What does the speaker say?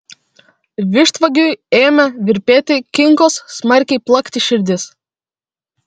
vištvagiui ėmė virpėti kinkos smarkiai plakti širdis